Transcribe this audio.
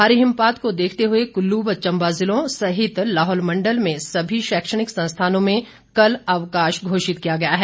भारी हिमपात को देखते हुए चंबा व कल्लू जिलों और लाहौल मंडल में सभी शैक्षणिक संस्थानों में कल अवकाश घोषित किया गया है